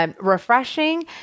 Refreshing